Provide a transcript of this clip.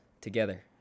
together